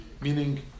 Meaning